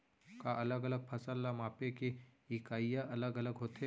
का अलग अलग फसल ला मापे के इकाइयां अलग अलग होथे?